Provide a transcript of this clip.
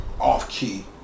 off-key